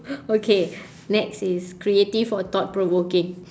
okay next is creative or thought provoking